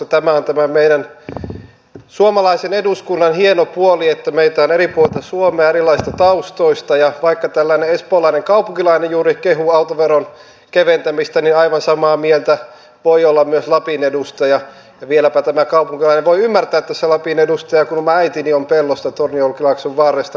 tämä on tämän meidän suomalaisen eduskunnan hieno puoli että meitä on eri puolilta suomea erilaisista taustoista ja vaikka tällainen espoolainen kaupunkilainen juuri kehui autoveron keventämistä niin aivan samaa mieltä voi olla myös lapin edustaja ja vieläpä tämä kaupunkilainen voi ymmärtää tässä lapin edustajaa kun oma äitini on pellosta tornionjokilaakson varresta lapista